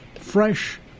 fresh